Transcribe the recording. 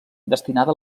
destinada